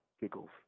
giggles